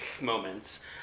moments